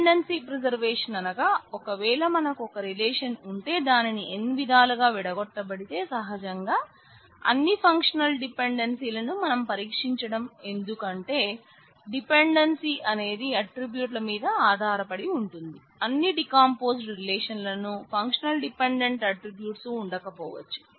dependency preservation మీద ఆదారపడి ఉంటుంది అన్ని డీకంపోజ్డ్ రిలేషన్లను ఫంక్షనల్ డిపెండెంట్ ఆట్రిబ్యూట్స్ ఉండక పోవచ్చు